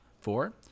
Four